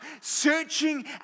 searching